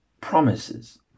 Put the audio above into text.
promises